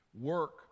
work